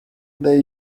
they